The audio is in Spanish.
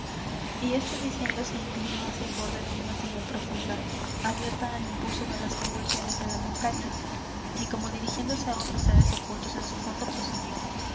y esto diciendo se inclinó hacia el borde de una sima profunda abierta al impulso de las convulsiones de la montaña y como dirigiéndose á otros seres ocultos en su fondo prosiguió